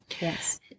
Yes